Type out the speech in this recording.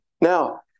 Now